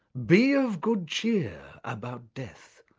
be of good cheer about death,